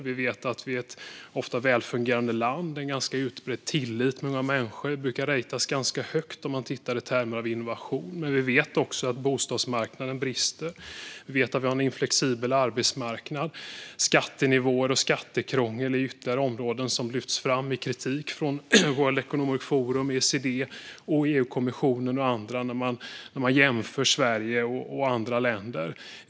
Vi vet att vi ofta är ett välfungerande land med en ganska utbredd tillit mellan människor, och vi brukar ha en hög rating i termer av innovation. Vi vet också att bostadsmarknaden brister och att vi har en oflexibel arbetsmarknad. Skattenivåer och skattekrångel är ytterligare områden som lyfts fram vid kritik från World Economic Forum, OECD, EU-kommissionen och andra när Sverige jämförs med andra länder.